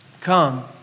Come